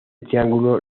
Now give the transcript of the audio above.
triángulo